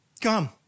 come